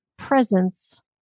Presence